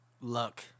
luck